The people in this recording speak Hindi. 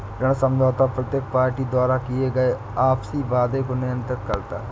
ऋण समझौता प्रत्येक पार्टी द्वारा किए गए आपसी वादों को नियंत्रित करता है